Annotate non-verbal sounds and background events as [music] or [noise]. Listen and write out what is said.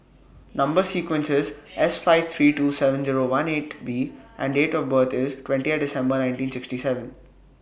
Number sequence IS S five three two seven Zero one eight B and Date of birth IS [unintelligible] December nineteen sixty seven